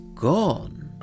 gone